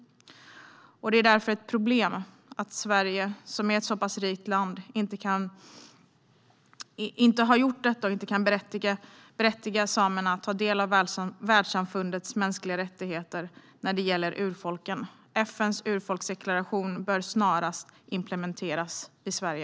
Det är därför ett problem att Sverige, som är ett så pass rikt land, inte har gjort detta och inte kan berättiga samerna att ta del av världssamfundets mänskliga rättigheter när det gäller urfolken. FN:s urfolksdeklaration bör snarast implementeras i Sverige.